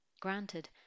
Granted